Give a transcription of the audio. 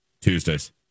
tuesdays